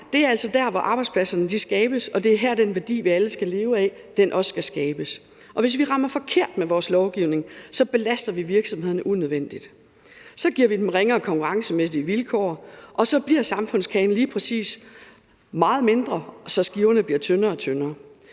det er altså dér, arbejdspladserne skabes, og det er også dér, at den værdi, som vi alle leve af, skal skabes. Og hvis vi rammer forkert med vores lovgivning, belaster vi virksomhederne unødvendigt. Så giver vi dem ringere konkurrencemæssige vilkår, og så bliver samfundskagen lige præcis meget mindre, sådan at skiverne bliver tyndere og tyndere.